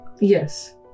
Yes